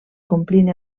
complint